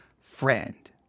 friend